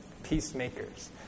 peacemakers